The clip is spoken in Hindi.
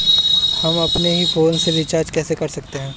हम अपने ही फोन से रिचार्ज कैसे कर सकते हैं?